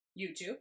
YouTube